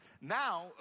Now